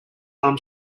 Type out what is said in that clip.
arm